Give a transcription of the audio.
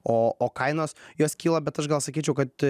o o kainos jos kyla bet aš gal sakyčiau kad